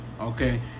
okay